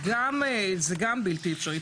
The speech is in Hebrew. זה גם בלתי אפשרי.